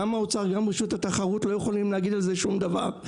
גם האוצר גם רשות התחרות לא יכולים להגיד על זה שום דבר.